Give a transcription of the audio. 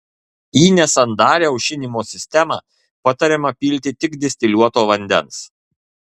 į nesandarią aušinimo sistemą patariama pilti tik distiliuoto vandens